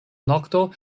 nokto